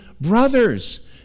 brothers